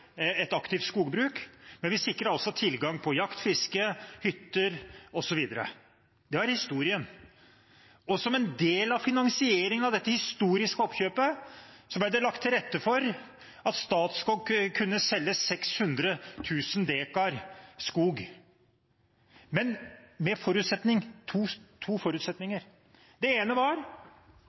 et aktivt skogbruk, men vi sikret også tilgang på jakt, fiske, hytter osv. Det var historien. Som en del av finansieringen av dette historiske oppkjøpet ble det lagt til rette for at Statskog kunne selge 600 000 dekar skog, men med to forutsetninger. Den ene var